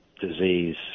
disease